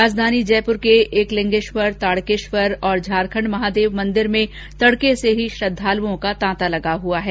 राजधानी जयपुर के एकलिंगेश्वर ताडकेश्वर और झारखंड महादेव मन्दिर में तड़के से ही श्रद्धालुओं का तांता लगा हुआ है